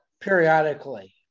periodically